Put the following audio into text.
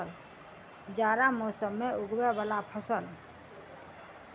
जाड़ा मौसम मे उगवय वला फसल?